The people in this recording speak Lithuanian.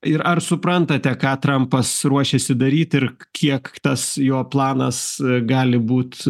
ir ar suprantate ką trampas ruošėsi daryt ir kiek tas jo planas gali būt